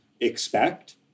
expect